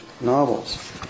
novels